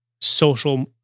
social